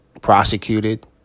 prosecuted